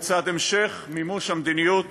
לצד המשך מימוש המדיניות